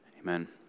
Amen